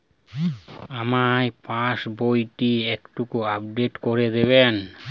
আমার পাসবই টি একটু আপডেট করে দেবেন?